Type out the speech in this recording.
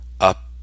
up